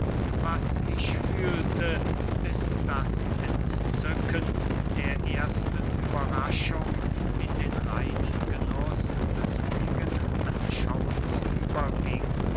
was ich fühlte bis das entzücken der ersten überraschung in den reinen genuß des ruhigen anschauens überging